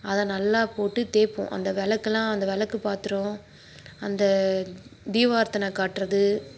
அதை நல்லா போட்டு தேய்ப்போம் அந்த விளக்குலாம் அந்த விளக்கு பாத்திரம் அந்த தீபாரத்தன காட்டுறது